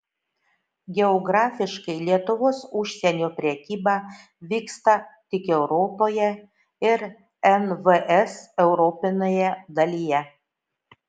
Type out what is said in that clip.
geografiškai lietuvos užsienio prekyba vyksta tik europoje ir nvs europinėje dalyje